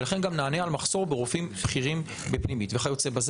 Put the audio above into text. ולכן גם נענה על מחסור ברופאים בכירים בפנימית וכיוצ"ב,